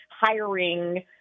hiring